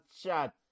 Chat